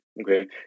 Okay